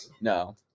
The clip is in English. no